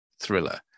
thriller